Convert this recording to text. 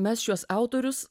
mes šiuos autorius